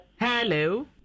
Hello